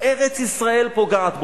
ארץ-ישראל פוגעת בו.